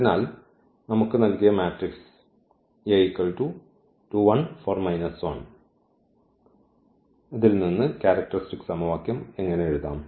അതിനാൽ നമുക്ക് നൽകിയ മാട്രിക്സ് അവയിൽ ഇന്ന് ക്യാരക്ടർസ്റ്റിക് സമവാക്യം എങ്ങനെ എഴുതാം